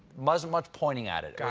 wasn't much pointing at it.